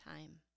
time